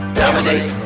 dominate